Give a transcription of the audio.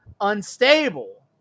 unstable